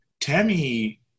Tammy